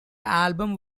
album